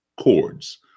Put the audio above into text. chords